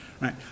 right